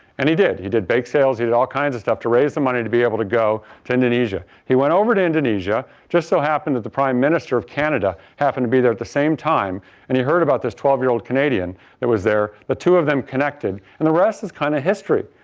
and he did. he did bake sales. he did all kind of stuff to raise the money to be able to go to indonesia. he went over to indonesia just so happened that the prime minister of canada happened to be there at the same time and he heard about this twelve year old canadian that was there, the two of them connected and the rest is kind of history.